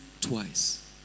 twice